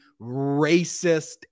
racist